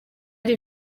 ari